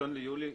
מעבר לזה,